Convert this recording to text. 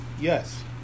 Yes